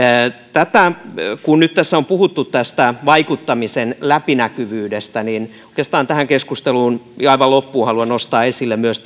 kun nyt tässä on puhuttu tästä vaikuttamisen läpinäkyvyydestä niin oikeastaan tähän keskusteluun ja aivan loppuun haluan nostaa esille myös